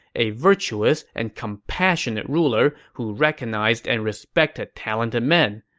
a virtuous and compassionate ruler who recognized and respected talented men.